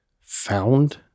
found